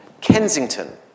Kensington